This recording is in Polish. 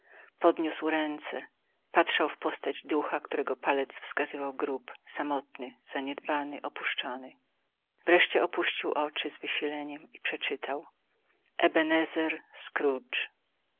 podniósł ręce patrzał w postać ducha którego palec wskazywał grób samotny zaniedbany opuszczony wreszcie opuścił oczy z wysileniem i przeczytał